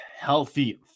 healthy